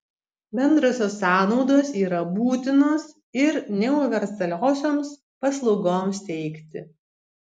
bendrosios sąnaudos yra būtinos ir neuniversaliosioms paslaugoms teikti